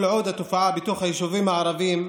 כל עוד התופעה היא בתוך היישובים הערביים,